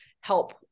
help